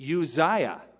Uzziah